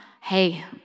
hey